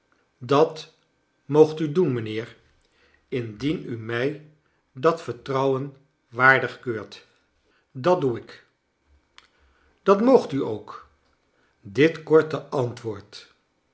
dat moogt u doen mijnheer indien u mij dat vertrouwen waardig keurt dat doe ik dat moogt u ook dit korte antwoord